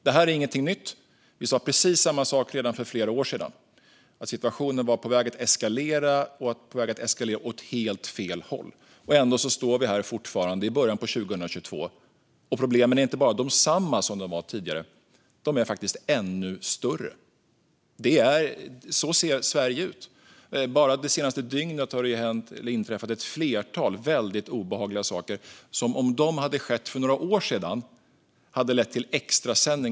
Detta är ingenting nytt, utan vi sa precis samma sak redan för flera år sedan. Vi sa då att situationen var på väg att eskalera åt helt fel håll, och ändå står vi fortfarande här - i början av 2022 - och ser inte bara samma problem som tidigare utan att de dessutom är ännu större. Så ser Sverige ut. Bara det senaste dygnet har det inträffat ett flertal väldigt obehagliga saker som hade lett till extrasändningar på tv om de hade skett för några år sedan.